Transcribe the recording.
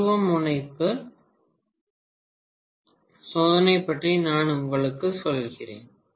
துருவமுனைப்பு சோதனை பற்றி நான் உங்களுக்கு சொல்கிறேன்